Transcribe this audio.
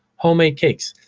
homemade cakes,